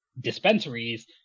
dispensaries